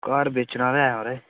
घर बेचना ते है खबरै